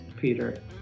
Peter